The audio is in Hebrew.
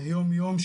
-- יום-יום,